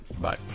Bye